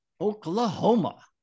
Oklahoma